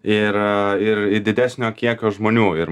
ir ir į didesnio kiekio žmonių ir